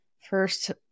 First